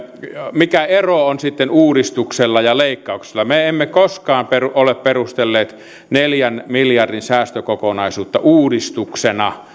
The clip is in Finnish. mikä ero on sitten uudistuksella ja leikkauksella me emme koskaan ole perustelleet neljän miljardin säästökokonaisuutta uudistuksena